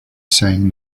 saying